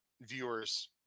viewers